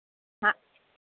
ആ